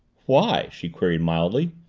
why? she queried mildly.